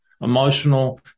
emotional